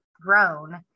grown